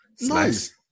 nice